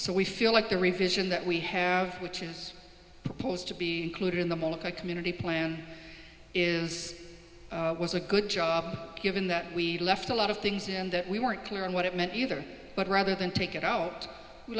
so we feel like the revision that we have which is proposed to be clear in the molokai community plan is was a good job given that we left a lot of things in that we weren't clear on what it meant either but rather than take it out